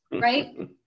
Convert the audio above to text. right